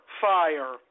Fire